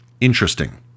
interesting